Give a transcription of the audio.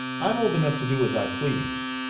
i'm old enough to do as i please.